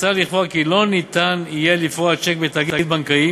מוצע לקבוע כי לא ניתן יהיה לפרוע צ'ק בתאגיד בנקאי